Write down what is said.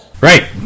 Right